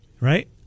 Right